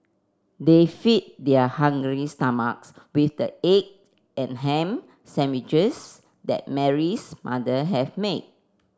they fed their hungry stomachs with the egg and ham sandwiches that Mary's mother have made